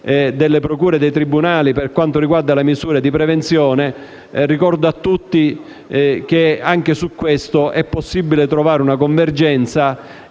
delle procure e dei tribunali per quanto riguarda le misure di prevenzione. Ricordo a tutti che anche su questo punto è possibile trovare una convergenza.